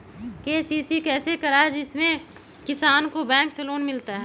KCC कैसे कराये जिसमे किसान को बैंक से लोन मिलता है?